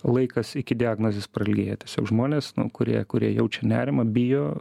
laikas iki diagnozės prailgėja tiesiog žmonės nu kurie kurie jaučia nerimą bijo